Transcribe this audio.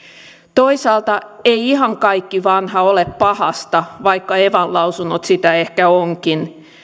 toisaalta ei ihan kaikki vanha ole pahasta vaikka evan lausunnot sitä ehkä ovatkin